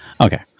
Okay